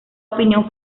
opinión